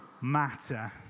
matter